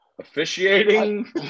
officiating